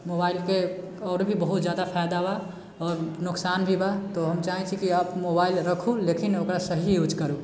मोबाइलके आओर भी बहुत जादा फायदा बा आओर नुकसान भी बा तऽ हम चाहैत छी कि अब मोबाइल रखु लेकिन ओकरा सही यूज करु